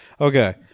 Okay